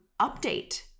update